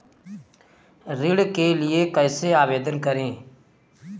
ऋण के लिए कैसे आवेदन करें?